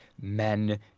men